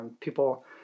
people